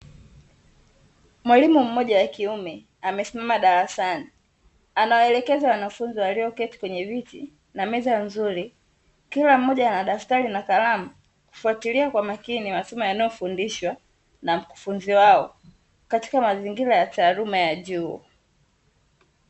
Mwalimu mmoja wa kiume amesimama darasani anawaelekeza wanafunzi walioketi kwenye viti na meza nzur, kila mmoja ana daftari na kalamu kufuatilia kwa makini masomo yanayofundishwa na mkufunzi wao katika mazingira ya taaluma ya juu.